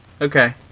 Okay